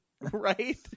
right